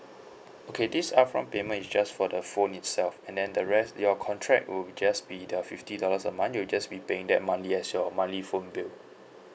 okay this upfront payment is just for the phone itself and then the rest your contract will just be the fifty dollars a month you'll just be paying that monthly as your monthly phone bill